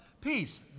peace